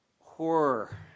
horror